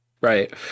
right